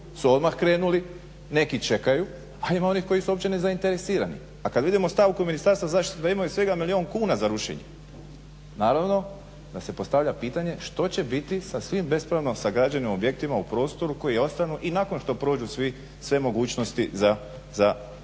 su odmah krenuli, neki čekaju, a ima onih koji su uopće nezainteresirani, a kad vidimo stavku Ministarstva zaštite da imaju svega milijun kuna za rušenje. Naravno da se postavlja pitanje što će biti sa svim bespravno sagrađenim objektima u prostoru koji ostanu i nakon što prođu sve mogućnosti za